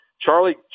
Charlie